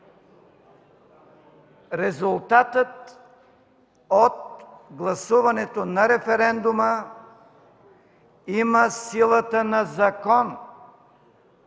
резултатът от гласуването на референдума има силата на закон.